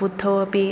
बुद्धौ अपि